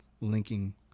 linking